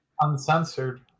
Uncensored